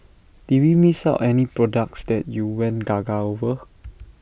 did we miss out any products that you went gaga over